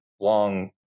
long